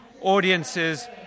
audiences